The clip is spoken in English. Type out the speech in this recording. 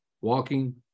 walking